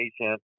patient